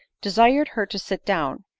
desired her to sit down,